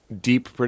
deep